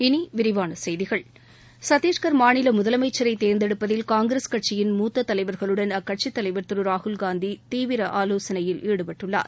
இனி விரிவான செய்திகள் சத்தீஸ்கள் மாநில முதலமைச்சரை தேர்ந்தெடுப்பதில் காங்கிரஸ் கட்சியின் மூத்த தலைவர்களுடன் அக்கட்சித் தலைவர் திரு ராகுல் காந்தி தீவிர ஆலோசனையில் ஈடுப்பட்டுள்ளார்